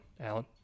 alan